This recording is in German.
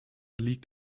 liegt